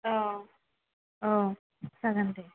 औ औ जागोन दे